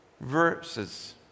verses